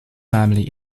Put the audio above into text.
family